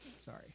Sorry